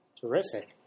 Terrific